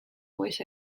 voice